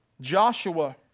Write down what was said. Joshua